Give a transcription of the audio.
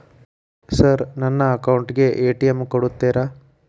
Sir ನನ್ನ account ಗೆ ATM ಕೊಡುತ್ತೇರಾ?